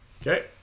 okay